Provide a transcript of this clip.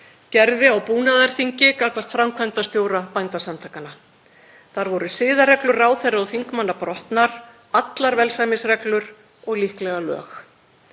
gerði á búnaðarþingi gagnvart framkvæmdastjóra Bændasamtakanna. Þar voru siðareglur ráðherra og þingmanna brotnar, allar velsæmisreglur og líklega lög.